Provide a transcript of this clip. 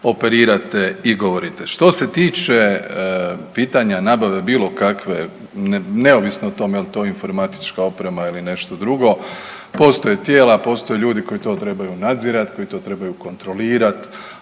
operirate i govorite. Što se tiče pitanja nabave bilo kakve, neovisno o tome je li to informatička oprema ili nešto drugo, postoje tijela, postoje ljudi koji to trebaju nadzirati, koji to trebaju kontrolirati,